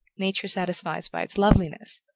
nature satisfies by its loveliness,